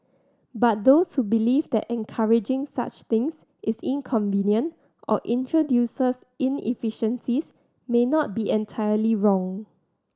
but those who believe that encouraging such things is inconvenient or introduces inefficiencies may not be entirely wrong